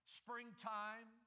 springtime